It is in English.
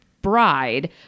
bride